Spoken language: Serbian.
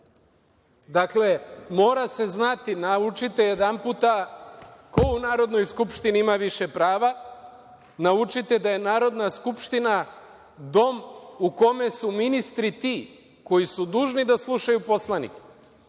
mora se znati, naučite jedanputa, ko u Narodnoj skupštini ima više prava, naučite da je Narodna skupština Dom u kome su ministri ti koji su dužni da slušaju poslanike,